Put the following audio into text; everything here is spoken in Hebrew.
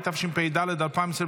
התשפ"ד 2024,